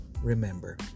remember